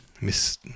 miss